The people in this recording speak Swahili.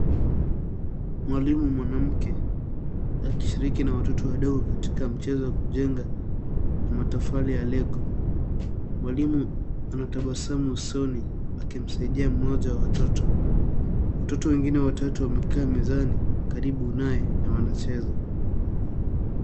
Mwalimu mwanamke, akishiriki na watoto wadogo katika mchezo wa kujenga, na matofali ya lego. Mwalimu anatabasamu usoni, akimsaidia mmoja wa watoto, watoto wengine watatu wameketi mezani, karibu naye, na wanacheza.